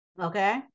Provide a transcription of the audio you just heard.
okay